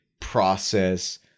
process